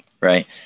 right